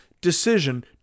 decision